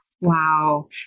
Wow